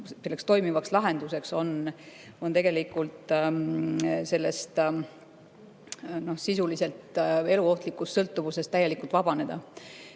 muidugi toimivaks lahenduseks on tegelikult sellest sisuliselt eluohtlikust sõltuvusest täielikult vabaneda.